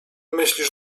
myślisz